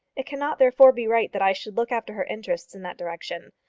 it cannot therefore be right that i should look after her interests in that direction.